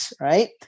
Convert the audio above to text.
right